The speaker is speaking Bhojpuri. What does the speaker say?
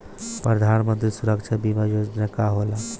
प्रधानमंत्री सुरक्षा बीमा योजना का होला?